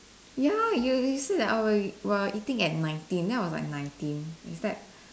ya you you said that I we're eating at nineteen then I was like nineteen is that